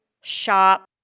shop